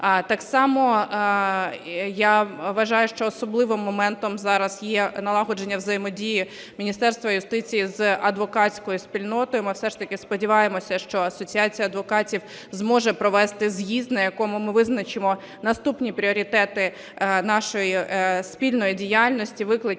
Так само я вважаю, що особливим моментом зараз є налагодження взаємодії Міністерства юстиції з адвокатською спільнотою. Ми все ж таки сподіваємося, що асоціація адвокатів зможе провести з'їзд, на якому ми визначимо наступні пріоритети нашої спільної діяльності, виклики,